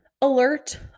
alert